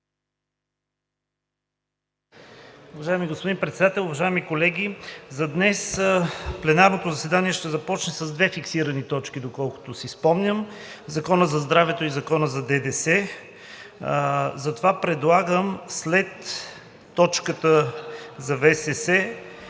Уважаеми господин Председател, уважаеми колеги! За днес пленарното заседание ще започне с две фиксирани точки, доколкото си спомням – Закона за здравето и Закона за ДДС. Затова предлагам след точката за ВСС